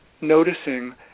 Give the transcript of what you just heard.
noticing